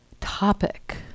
topic